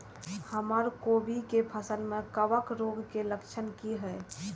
हमर कोबी के फसल में कवक रोग के लक्षण की हय?